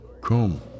come